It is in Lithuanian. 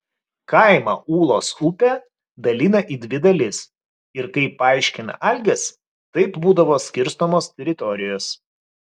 kaimą ūlos upė dalina į dvi dalis ir kaip paaiškina algis taip būdavo skirstomos teritorijos